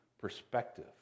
perspective